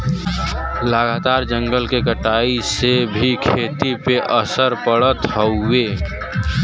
लगातार जंगलन के कटाई से भी खेती पे असर पड़त हउवे